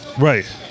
Right